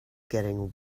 getting